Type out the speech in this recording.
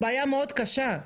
זו בעיה מאוד קשה,